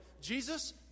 Jesus